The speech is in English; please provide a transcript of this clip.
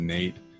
Nate